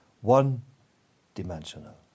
one-dimensional